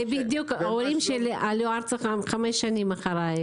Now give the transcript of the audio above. ההורים שיל עלו ארצה חמש שנים אחריי.